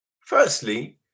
Firstly